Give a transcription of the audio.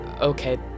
Okay